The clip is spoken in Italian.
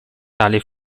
tale